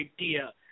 idea